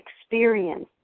experience